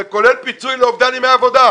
זה כולל פיצוי בגין אובדן ימי עבודה,